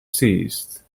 seized